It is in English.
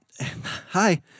Hi